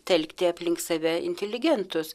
telkti aplink save inteligentus